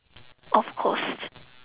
of course